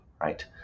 right